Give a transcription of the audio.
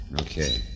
Okay